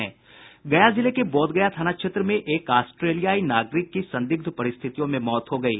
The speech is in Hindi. गया जिले के बोधगया थाना क्षेत्र में एक ऑस्ट्रेलियाई नागरिक की संदिग्ध परिस्थितियों में मौत हो गयी